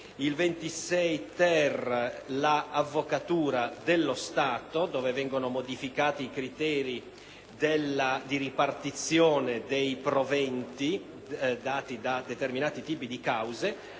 all'Avvocatura dello Stato e in esso vengono modificati i criteri di ripartizione dei proventi di determinati tipi di cause;